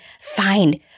find